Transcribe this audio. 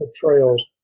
portrayals